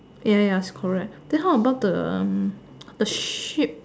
ya ya is correct then how about the the ship